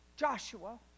Joshua